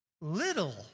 Little